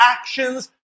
actions